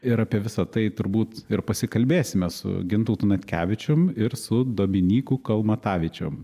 ir apie visą tai turbūt ir pasikalbėsime su gintautu natkevičium ir su dominyku kalmatavičium